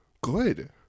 good